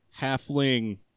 halfling